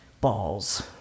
Balls